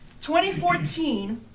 2014